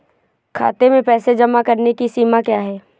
खाते में पैसे जमा करने की सीमा क्या है?